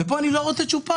פה אני לא רוצה צ'ופר,